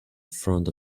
front